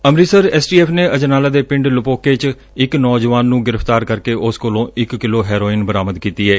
Amritsar S T F ਨੇ ਅਜਨਾਲਾ ਦੇ ਪਿੰਡ ਲੋਪੋਕੇ ਚ ਇਕ ਨੌਜਵਾਨ ਨੂੰ ਗ੍੍ਿਫ਼ਤਾਰ ਕਰਕੇ ਉਸ ਕੋਲੋਂ ਇਕ ਕਿਲੋ ਹੈਰੋਇਨ ਬਰਾਮਦ ਕੀਤੀ ਏ